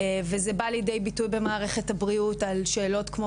וזה בא לידי ביטוי במערכת הבריאות בשאלות כמו